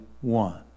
one